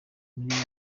miriam